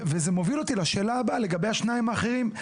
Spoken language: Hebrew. וזה מוביל אותי לשאלה הבאה לגבי השניים האחרים,